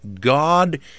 God